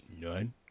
none